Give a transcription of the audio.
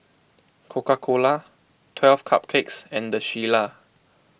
Coca Cola twelve Cupcakes and the Shilla